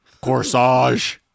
corsage